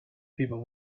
people